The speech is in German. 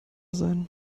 sein